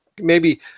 Maybe-